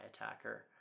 attacker